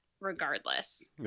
regardless